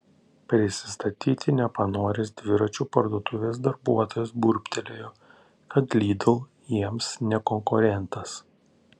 prisistatyti nepanoręs dviračių parduotuvės darbuotojas burbtelėjo kad lidl jiems ne konkurentas